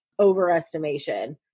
overestimation